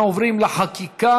אנחנו עוברים לחקיקה.